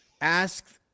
ask